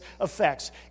effects